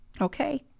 Okay